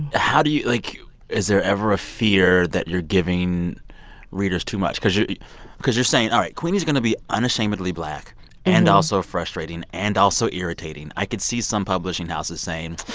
ah how do you like, is there ever a fear that you're giving readers too much? because you're because you're saying, all right, queenie's going to be unashamedly black and also frustrating and also irritating. i could see some publishing houses saying,